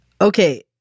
Okay